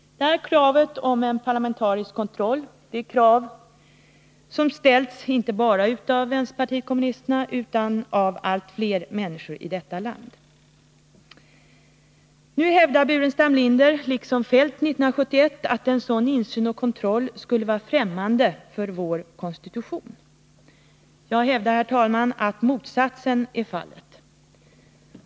Kravet på en parlamentarisk kontroll är ett krav som ställs inte bara av vpk utan av allt fler människor i detta land. Staffan Burenstam Linder hävdar nu, liksom Kjell-Olof Feldt 1971, att en sådan insyn och kontroll skulle vara främmande för vår konstitution. Jag hävdar, herr talman, att motsatsen är fallet.